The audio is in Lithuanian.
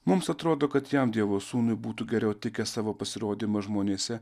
mums atrodo kad jam dievo sūnui būtų geriau tikę savo pasirodymą žmonėse